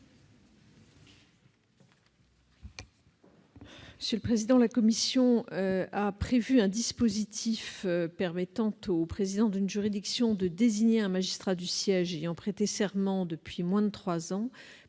garde des sceaux. La commission a prévu un dispositif permettant au président d'une juridiction de désigner un magistrat du siège ayant prêté serment depuis moins de trois ans